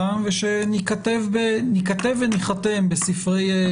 לכולם ושניכתב וניחתם בספרי בריאות.